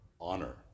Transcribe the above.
honor